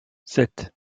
sept